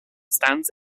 stands